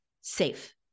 safe